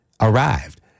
arrived